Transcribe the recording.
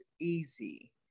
easy